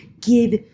give